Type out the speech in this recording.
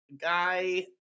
guy